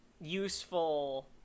useful